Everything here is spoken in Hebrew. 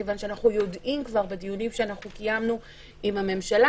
כיוון שאנחנו יודעים כבר בדיונים שקיימנו עם הממשלה